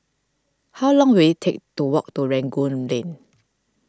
how long will it take to walk to Rangoon Lane